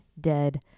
dead